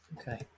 okay